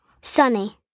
Sunny